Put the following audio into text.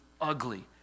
ugly